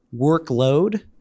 workload